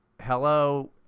Hello